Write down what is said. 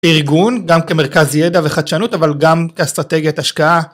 ארגון גם כמרכז ידע וחדשנות אבל גם כאסטרטגיית השקעה